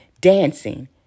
dancing